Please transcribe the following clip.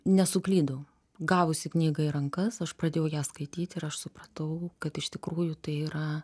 nesuklydau gavusi knygą į rankas aš pradėjau ją skaityti ir aš supratau kad iš tikrųjų tai yra